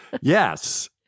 Yes